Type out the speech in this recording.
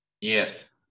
Yes